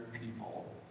people